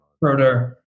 Broder